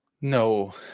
No